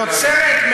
יוצרת,